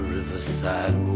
Riverside